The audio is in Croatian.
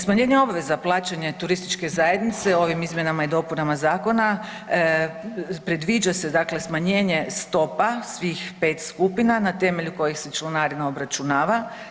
Smanjenje obveza plaćanja turističke zajednice ovim izmjenama i dopunama zakona predviđa se smanjenje stopa svih pet skupina na temelju kojih se članarina obračunava.